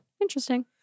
Interesting